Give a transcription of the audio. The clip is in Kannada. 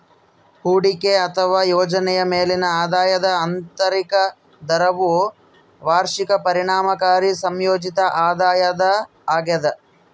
ಹೂಡಿಕೆ ಅಥವಾ ಯೋಜನೆಯ ಮೇಲಿನ ಆದಾಯದ ಆಂತರಿಕ ದರವು ವಾರ್ಷಿಕ ಪರಿಣಾಮಕಾರಿ ಸಂಯೋಜಿತ ಆದಾಯ ದರ ಆಗ್ಯದ